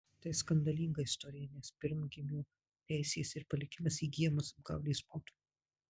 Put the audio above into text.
tai skandalinga istorija nes pirmgimio teisės ir palikimas įgyjamas apgaulės būdu